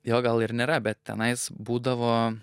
jo gal ir nėra bet tenais būdavo